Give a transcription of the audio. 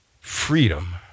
Freedom